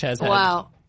Wow